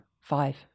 Five